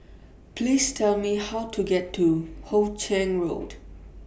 Please Tell Me How to get to Hoe Chiang Road